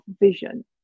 vision